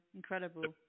incredible